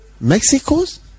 Mexico's